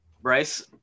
Bryce